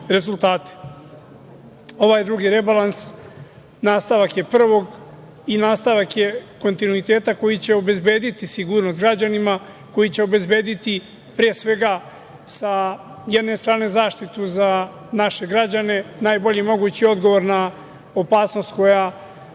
Ovaj drugi rebalans nastavak je prvog i nastavak je kontinuiteta koji će obezbediti sigurnost građanima, koji će obezbediti, pre svega, sa jedne strane zaštitu za naše građane, najbolji mogući odgovor na opasnost koja sa